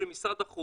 של משרד החוץ,